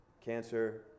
cancer